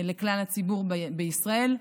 לכלל הציבור בישראל.